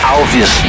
Alves